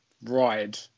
ride